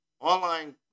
online